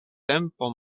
tempo